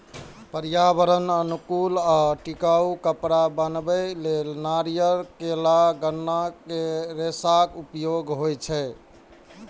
पर्यावरण अनुकूल आ टिकाउ कपड़ा बनबै लेल नारियल, केला, गन्ना के रेशाक उपयोग होइ छै